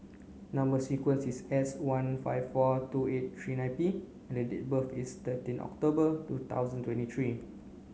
number sequence is S one five four two eight three nine P and date of birth is thirteen October two thousand twenty three